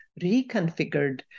reconfigured